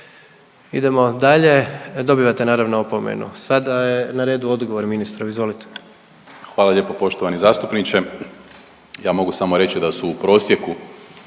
Idemo dalje. Dobivate naravno opomenu. Sada je na redu odgovor ministrov. Izvolite. **Primorac, Marko** Hvala lijepo poštovani zastupniče. Ja mogu samo reći da su u prosjeku